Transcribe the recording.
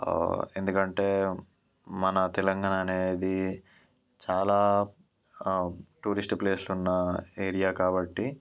ఎందుకంటే మన తెలంగాణ అనేది చాలా టూరిస్ట్ ప్లేస్లు ఉన్న ఏరియా కాబట్టి